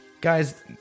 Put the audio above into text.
Guys